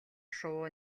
шувуу